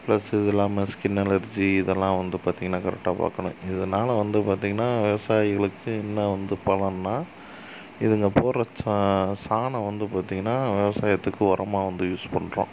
plus இது இல்லாமல் skin allergy இதெல்லாம் வந்து பார்த்திங்கனா கரெக்டாக பார்க்கணும் இதனால வந்து பார்த்திங்கனா விவசாயிகளுக்கு இன்னும் வந்து பலன்னால் இதுங்க போடுற சா சாணம் வந்து பார்த்திங்கனா விவசாயத்துக்கு உரமாக வந்து யூஸ் பண்ணுறோம்